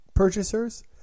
purchasers